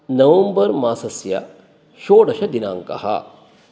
नवम्बर् मासस्य षोडशदिनाङ्कः